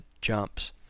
Jumps